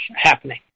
happening